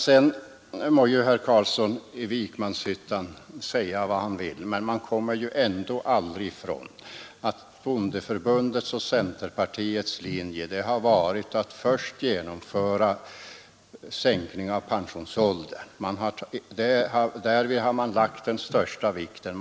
Sedan må herr Carlsson i Vikmanshyttan säga vad han vill, men man kommer aldrig ifrån att bondeförbundets och centerpartiets linje har varit att först genomföra sänkning av pensionsåldern — därvid har man lagt den största vikten.